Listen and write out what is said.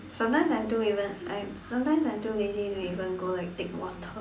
sometimes I don't even I sometimes I'm too lazy to even go like take water